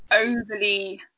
overly